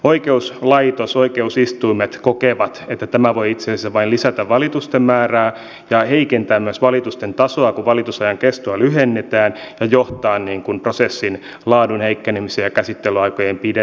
oikeuslaitos oikeusistuimet kokevat että tämä voi itse asiassa vain lisätä valitusten määrää ja heikentää myös valitusten tasoa kun valitusajan kestoa lyhennetään ja johtaa prosessin laadun heikkenemiseen ja käsittelyaikojen pitenemiseen